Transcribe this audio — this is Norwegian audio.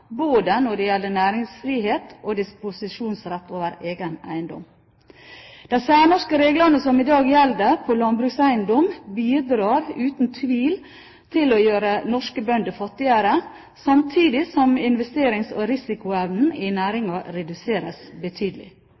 både når det gjelder næringsfrihet og disposisjonsrett over egen eiendom. De særnorske reglene som i dag gjelder for landbrukseiendommer, bidrar uten tvil til å gjøre norske bønder fattigere, samtidig som investerings- og risikoevnen i næringen reduseres betydelig.